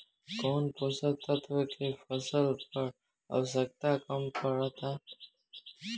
कौन पोषक तत्व के फसल पर आवशयक्ता कम पड़ता?